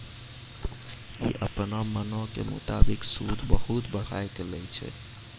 इ अपनो मनो के मुताबिक सूद बहुते बढ़ाय के लै छै